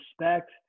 respect